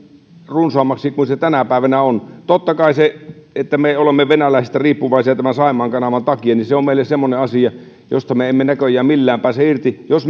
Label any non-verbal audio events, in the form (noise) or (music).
runsaammaksi kuin se tänä päivänä on totta kai se että me olemme venäläisistä riippuvaisia saimaan kanavan takia on meille semmoinen asia josta me emme näköjään millään pääse irti jos (unintelligible)